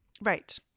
Right